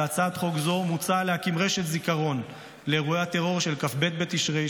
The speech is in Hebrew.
בהצעת חוק זו מוצע להקים רשת זיכרון לאירועי הטרור של כ"ב בתשרי,